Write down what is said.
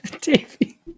Davey